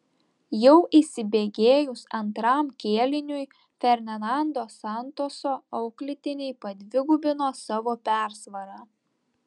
jau įsibėgėjus antram kėliniui fernando santoso auklėtiniai padvigubino savo persvarą